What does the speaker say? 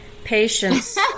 Patience